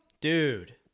Dude